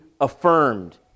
affirmed